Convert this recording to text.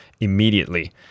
immediately